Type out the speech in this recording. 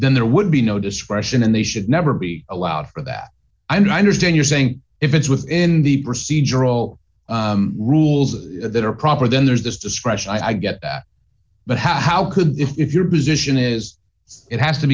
then there would be no discretion and they should never be allowed for that and i understand you're saying if it's within the procedural rules that are proper then there's this discretion i get that but how could the if your position is it has to